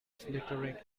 filtering